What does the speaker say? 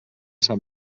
sap